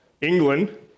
England